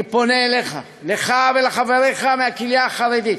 אני פונה אליך, אליך ואל חבריך מהקהילה החרדית.